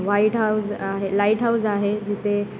वाईट हाऊज आहे lighthouse आहे जिथे